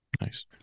Nice